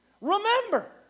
Remember